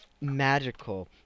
magical